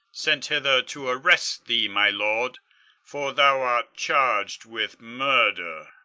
sent hither to arrest thee, my lord for thou art charged with murder.